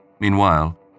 Meanwhile